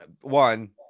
one